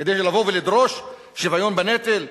כדי לבוא ולדרוש שוויון בנטל?